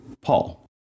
Paul